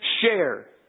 share